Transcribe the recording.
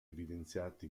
evidenziati